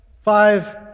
five